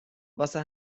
واسه